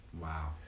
wow